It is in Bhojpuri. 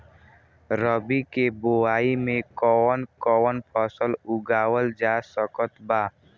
रबी के बोआई मे कौन कौन फसल उगावल जा सकत बा?